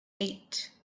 eight